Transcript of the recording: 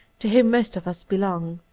to whom most of us belong.